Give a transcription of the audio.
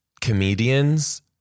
Comedians